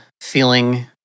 feeling